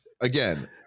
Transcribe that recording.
again